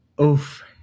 Oof